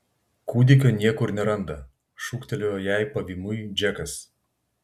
kūdikio niekur neranda šūktelėjo jai pavymui džekas